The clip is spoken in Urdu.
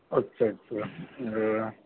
اچھا اچھا